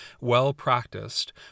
well-practiced